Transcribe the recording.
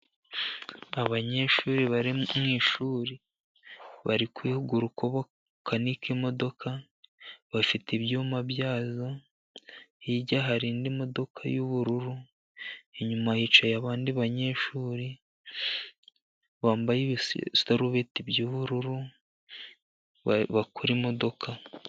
Abanyeshuri bari mu ishuri, bari kwihugura uko bakanika imodoka. Bafite ibyuma byazo. Hirya hari indi modoka y'ubururu. Inyuma hicaye abandi banyeshuri bambaye ibisurubeti by'ubururu bakora imodoka.